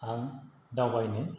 आं दावबायनो